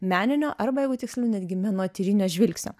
meninio arba jeigu tiksliau netgi menotyrinio žvilgsnio